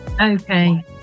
okay